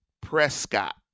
Prescott